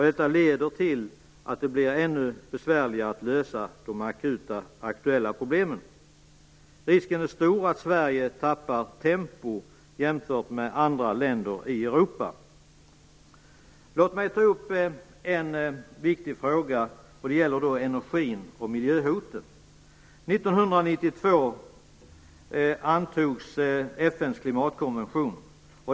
Detta leder till att det blir ännu besvärligare att lösa de akuta aktuella problemen. Risken är stor att Sverige tappar tempo jämfört med andra länder i Europa. Låt mig ta upp en viktig fråga, det gäller energin och miljöhoten. 1992 antogs FN:s klimatkonvention.